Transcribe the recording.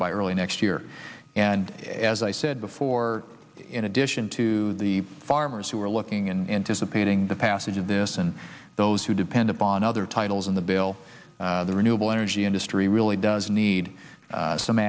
by early next year and as i said before in addition to the farmers who are looking and dissipating the passage of this and those who depend upon other titles in the bill the renewable energy industry really does need some